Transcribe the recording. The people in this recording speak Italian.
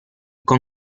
con